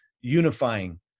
unifying